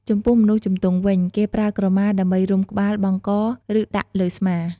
ចំពោះមនុស្សជំទង់វិញ គេប្រើក្រមា ដើម្បីរុំក្បាល បង់ក ឬ ដាក់លើស្មា។